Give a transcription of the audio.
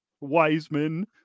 wiseman